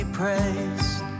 praised